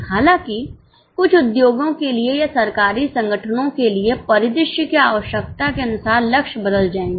हालाँकि कुछ उद्योगों के लिए या सरकारी संगठनों के लिए परिदृश्य की आवश्यकता के अनुसार लक्ष्य बदल जाएंगे